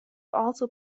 also